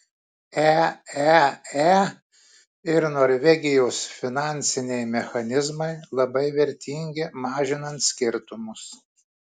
eee ir norvegijos finansiniai mechanizmai labai vertingi mažinant skirtumus